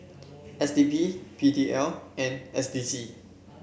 S D P P D L and S D C